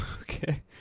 Okay